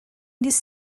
this